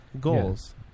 goals